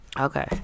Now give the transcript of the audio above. Okay